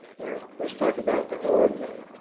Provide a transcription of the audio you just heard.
now, let's talk about the arm